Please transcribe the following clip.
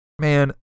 man